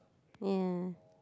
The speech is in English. ya